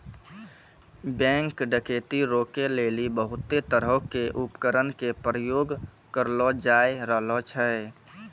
bank डकैती रोकै लेली बहुते तरहो के उपकरण के प्रयोग करलो जाय रहलो छै